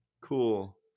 cool